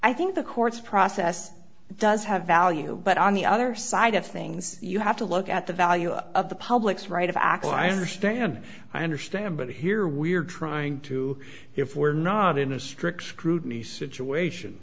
i think the court's process does have value but on the other side of things you have to look at the value of the public's right of acol i understand i understand but here we are trying to if we're not in a strict scrutiny situation